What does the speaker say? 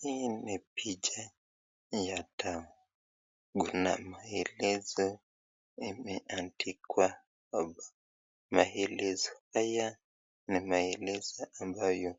Hii ni picha ya dawa. Kuna maeleza imeandikwa hapa. Maelezo haya ni maeleza ambayo